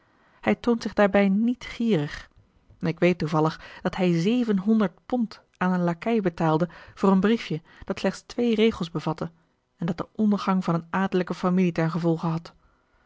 hij toont zich daarbij niet gierig ik weet toevallig dat hij zevenhonderd pond aan een lakei betaalde voor een briefje dat slechts twee regels bevatte en dat den ondergang van een adellijke familie ten gevolge had